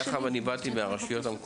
מאחר אני באתי מהרשויות,